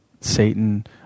Satan